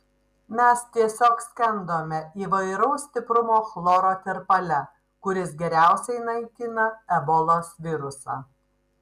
mes tiesiog skendome įvairaus stiprumo chloro tirpale kuris geriausiai naikina ebolos virusą